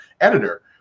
editor